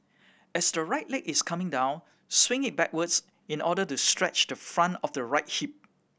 as the right leg is coming down swing it backwards in order to stretch the front of the right hip